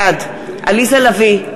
בעד עליזה לביא,